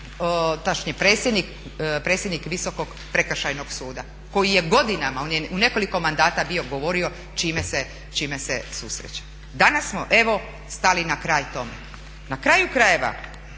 tadašnji predsjednik Visokog prekršajnog suda koji je godinama, on je u nekoliko mandata bio govorio čim se susrećemo. Danas smo evo stali na kraj tome. Na kraju krajeva